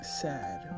sad